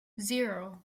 zero